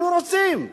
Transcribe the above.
אנחנו רוצים.